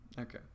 Okay